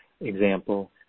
example